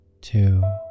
two